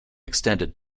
extended